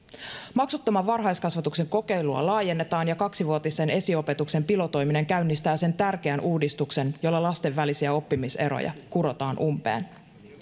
maksuttoman varhaiskasvatuksen kokeilua laajennetaan ja kaksivuotisen esiopetuksen pilotoiminen käynnistää sen tärkeän uudistuksen jolla lasten välisiä oppimiseroja kurotaan umpeen